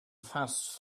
passed